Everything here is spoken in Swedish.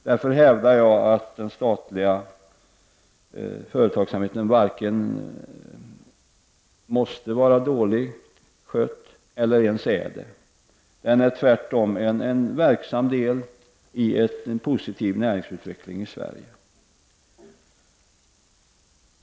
Därför hävdar jag att den statliga företagsamheten varken måste vara dåligt skött eller ens är det. Den är tvärtom en verksam del i en positiv näringsutveckling i Sverige.